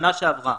שנה שעברה